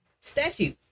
statue